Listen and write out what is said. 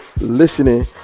listening